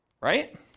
right